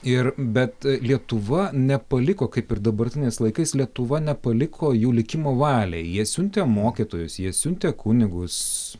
ir bet lietuva nepaliko kaip ir dabartiniais laikais lietuva nepaliko jų likimo valiai jie siuntė mokytojus jie siuntė kunigus